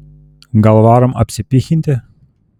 gal varom apsipychinti